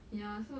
ya so